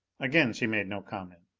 again she made no comment.